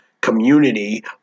community